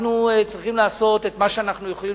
אנחנו צריכים לעשות את מה שאנחנו יכולים